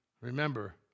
Remember